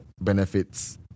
benefits